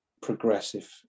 progressive